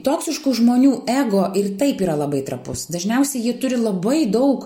toksiškų žmonių ego ir taip yra labai trapus dažniausiai jie turi labai daug